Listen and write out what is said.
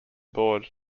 board